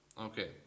Okay